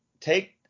Take